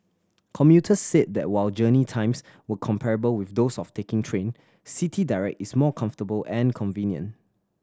commuters said that while journey times were comparable with those of taking train City Direct is more comfortable and convenient